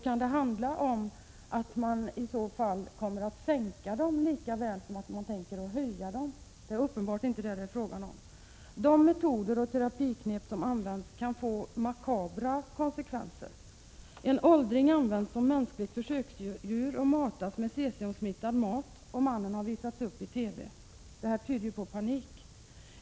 Kan det handla om att man i så fall kommer att sänka dem lika väl som man höjde dem? Nej, det är uppenbart inte någon sänkning det är fråga om. De metoder och terapiknep som används kan få makabra konsekvenser. En åldring används som mänskligt försöksdjur och matas med cesiumsmittad mat, och mannen har visats upp i TV. Det tyder på panik.